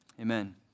Amen